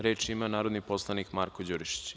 Reč ima narodni poslanik Marko Đurišić.